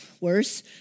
worse